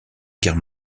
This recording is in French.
guerre